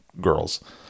girls